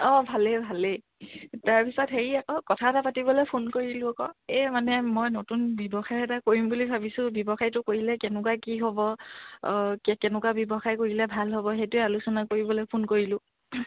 অঁ ভালেই ভালেই তাৰপিছত হেৰি আকৌ কথা এটা পাতিবলৈ ফোন কৰিলোঁ আকৌ এই মানে মই নতুন ব্যৱসায় এটা কৰিম বুলি ভাবিছোঁ ব্যৱসায়টো কৰিলে কেনেকুৱা কি হ'ব কেনেকুৱা ব্যৱসায় কৰিলে ভাল হ'ব সেইটোৱে আলোচনা কৰিবলৈ ফোন কৰিলোঁ